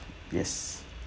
yes